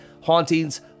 hauntings